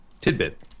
Tidbit